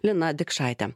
lina dikšaitė